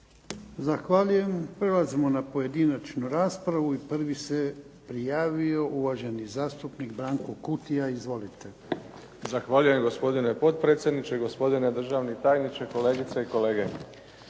Zahvaljujem. Prelazimo na pojedinačnu raspravu i prvi se prijavio uvaženi zastupnik Branko Kutija. Izvolite. **Kutija, Branko (HDZ)** Zahvaljujem gospodine potpredsjedniče. Gospodine državni tajniče, kolegice i kolege.